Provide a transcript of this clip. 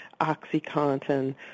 OxyContin